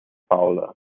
fowler